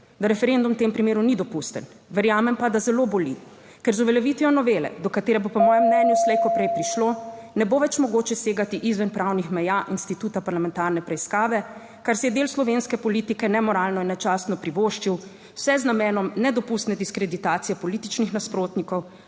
da referendum v tem primeru ni dopusten, verjamem pa, da zelo boli, ker z uveljavitvijo novele, do katere bo po mojem mnenju slejkoprej prišlo, ne bo več mogoče segati izven pravnih meja instituta parlamentarne preiskave, kar si je del slovenske politike nemoralno in nečastno privoščil, vse z namenom nedopustne diskreditacije političnih nasprotnikov